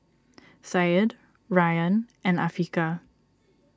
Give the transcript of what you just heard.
Syed Rayyan and Afiqah